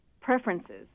preferences